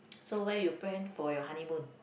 so where you plan for your honeymoon